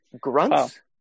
grunts